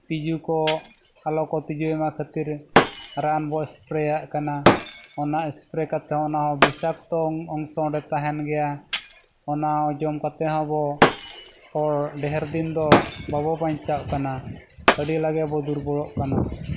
ᱛᱤᱡᱩ ᱠᱚ ᱟᱞᱚ ᱠᱚ ᱛᱤᱡᱩᱭ ᱢᱟ ᱠᱷᱟᱹᱛᱤᱨ ᱨᱟᱱ ᱵᱚ ᱮᱥᱯᱨᱮᱭᱟᱜ ᱠᱟᱱᱟ ᱚᱱᱟ ᱮᱥᱯᱨᱮ ᱠᱟᱛᱮ ᱦᱚᱸ ᱚᱱᱟ ᱦᱚᱸ ᱵᱤᱥᱟᱠᱛᱚ ᱚᱝᱥᱚᱝ ᱚᱸᱰᱮ ᱛᱟᱦᱮᱱ ᱜᱮᱭᱟ ᱚᱱᱟ ᱡᱚᱢ ᱠᱟᱛᱮᱫ ᱦᱚᱸ ᱟᱵᱚ ᱦᱚᱲ ᱰᱷᱮᱨ ᱫᱤᱱ ᱫᱚ ᱵᱟᱵᱚ ᱵᱟᱧᱪᱟᱜ ᱠᱟᱱᱟ ᱟᱹᱰᱤ ᱞᱟᱜᱮ ᱵᱚ ᱫᱩᱨᱵᱚᱞᱚᱜ ᱠᱟᱱᱟ